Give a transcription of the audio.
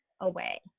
away